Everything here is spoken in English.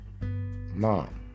mom